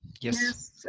Yes